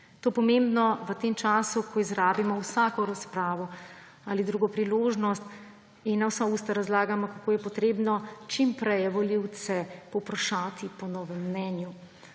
to pomembno v tem času, ko izrabimo vsako razpravo ali drugo priložnost in na vsa usta razlagamo, kako je treba čim prej volivce povprašati po novem mnenju.